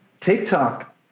TikTok